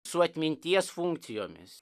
su atminties funkcijomis